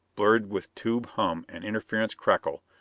blurred with tube-hum and interference crackle,